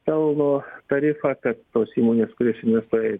pelno tarifą kad tos įmonės kurios investuoja